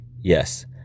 Yes